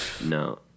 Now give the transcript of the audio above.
no